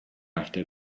after